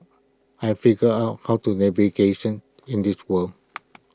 I figured out how to navigation in this world